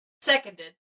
Seconded